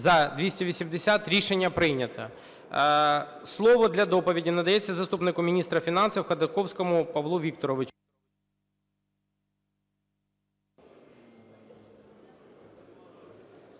За-280 Рішення прийнято. Слово для доповіді надається заступнику міністра фінансів Ходаковському Павлу Вікторовичу.